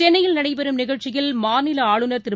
சென்னையில் நடைபெறும் நிகழ்ச்சியில் மாநில ஆளுநர் திரு